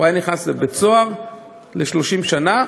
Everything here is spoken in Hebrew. הוא היה נכנס לבית-סוהר ל-30 שנה,